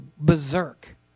berserk